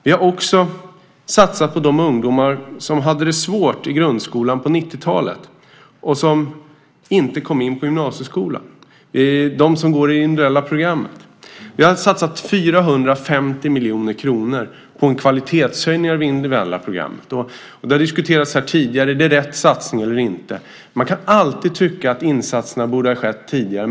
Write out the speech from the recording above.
Vi har också satsat på de ungdomar som hade det svårt i grundskolan på 1990-talet och som inte kom in i gymnasieskolan, på dem som går på det individuella programmet. Vi har satsat 450 miljoner kronor på en kvalitetshöjning av det individuella programmet. Det har tidigare diskuterats här om det är rätt satsning eller inte. Ja, man kan alltid tycka att insatserna borde ha skett tidigare.